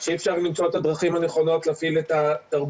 שאי אפשר למצוא את הדרכים הנכונות להפעיל את התרבות.